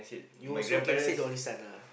you also can say the only son lah